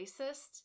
racist